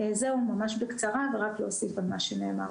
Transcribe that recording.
זהו, ממש בקצרה ורק להוסיף על מה שנאמר.